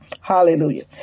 Hallelujah